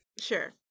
Sure